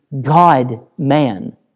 God-man